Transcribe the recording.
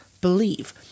believe